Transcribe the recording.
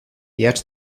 yet